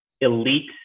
elite